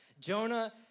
Jonah